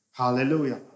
Hallelujah